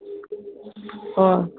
অঁ